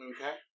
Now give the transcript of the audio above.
Okay